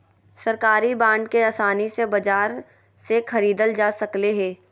सरकारी बांड के आसानी से बाजार से ख़रीदल जा सकले हें